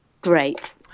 Great